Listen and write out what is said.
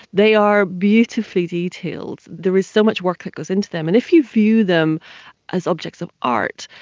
they are beautifully detailed. there is so much work that goes into them, and if you view them as objects of art,